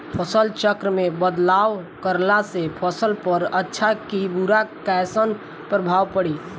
फसल चक्र मे बदलाव करला से फसल पर अच्छा की बुरा कैसन प्रभाव पड़ी?